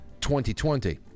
2020